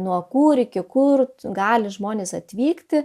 nuo kur iki kur gali žmonės atvykti